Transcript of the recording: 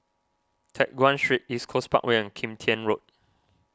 Teck Guan Street East Coast Parkway and Kim Tian Road